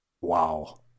wow